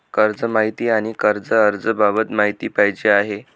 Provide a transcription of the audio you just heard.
कर्ज माहिती आणि कर्ज अर्ज बाबत माहिती पाहिजे आहे